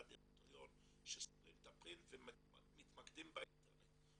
בדירקטוריון שסוגרים את הפרינט ומתמקדים באינטרנט.